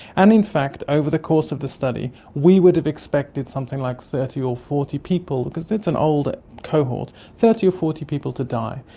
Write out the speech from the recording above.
and in fact over the course of the study we would have expected something like thirty or forty people, because it's an old cohort, thirty or forty people to die.